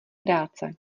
práce